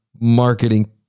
marketing